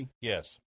Yes